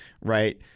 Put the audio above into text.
right